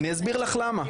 אני אסביר לך למה,